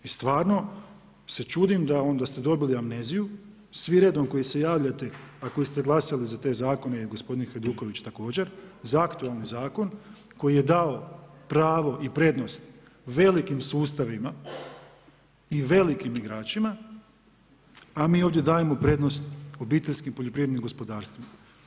I stvarno se čudim da ste dobili amneziju svi redom koji se javljate a koji ste glasali za te zakone i gospodin Hajduković također, za aktualni zakon koji je dao pravo i prednost velikim sustavima i velikim igračima a mi ovdje dajemo prednost OPG-ovima.